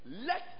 Let